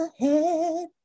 ahead